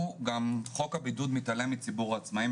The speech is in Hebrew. חוק הבידוד מתעלם מציבור העצמאים,